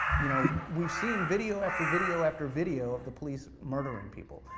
you know we've seen video, after video, after video of the police murdering people.